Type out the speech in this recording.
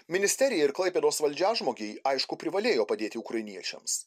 ministerija ir klaipėdos valdžiažmogiai aišku privalėjo padėti ukrainiečiams